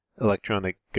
Electronic